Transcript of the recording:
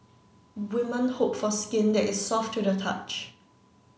women hope for skin that is soft to the touch